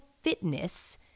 fitness